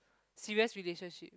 serious relationship